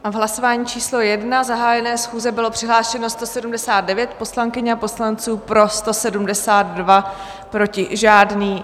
V hlasování číslo 1 zahájené schůze bylo přihlášeno 179 poslankyň a poslanců, pro 172, proti žádný.